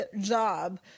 job